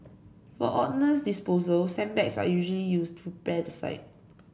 for ordnance disposal sandbags are usually used to prepare the site